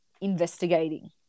investigating